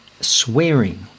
swearing